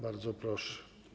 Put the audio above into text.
Bardzo proszę.